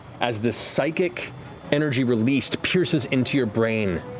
as the psychic energy released pierces into your brain,